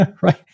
right